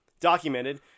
documented